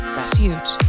refuge